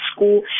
school